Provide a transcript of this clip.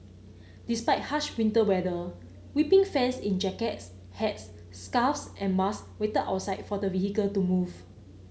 despite harsh winter weather weeping fans in jackets hats scarves and masks waited outside for the vehicle to leave